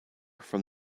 from